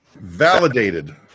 Validated